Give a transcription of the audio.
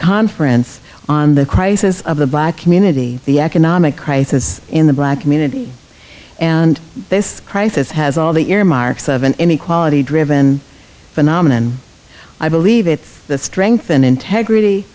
conference on the crisis of the black community the economic crisis in the black community and this crisis has all the earmarks of an inequality driven phenomenon i believe it's the strength and integrity